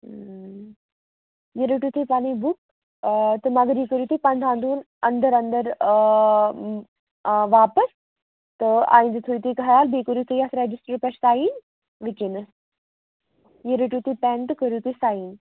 یہِ رٔٹِو تُہۍ پَنٕنۍ بُک آ تہٕ مگر یہِ کٔرِو تُہۍ پَنٛداہن دۅہن انٛدر انٛدر آ آ واپس تہٕ تھٲوِو تُہۍ خیال تہٕ بیٚیہِ کٔرِو تُہۍ یتھ رَجسٹری پیٚٹھ سایِن وُنکیٚنَس یہِ رٔٹِو تُہۍ پیٚن تہٕ کٔرِو تُہۍ سایِن